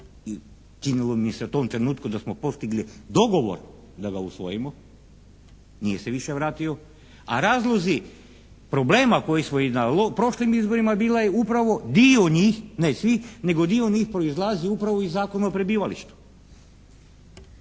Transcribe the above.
i činilo mi se u tom trenutku da smo postigli dogovor da ga usvojimo, nije se više vratio, a razlozi problema koji smo i na prošlim izborima, bila je upravo dio njih, ne svih nego dio njih koji izlazi upravo iz Zakona o prebivalištu.